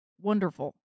wonderful